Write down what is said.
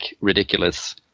ridiculous